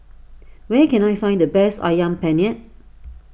where can I find the best Ayam Penyet